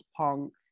punk